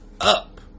up